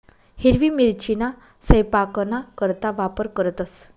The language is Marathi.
हिरवी मिरचीना सयपाकना करता वापर करतंस